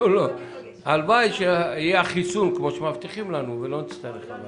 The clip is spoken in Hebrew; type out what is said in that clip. הלוואי שיהיה החיסון כמו שמבטיחים לנו ולא נצטרך.